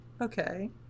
okay